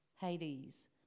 Hades